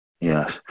yes